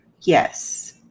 Yes